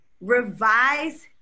revise